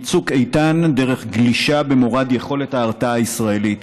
מצוק איתן דרך גלישה במורד יכולת ההרתעה הישראלית,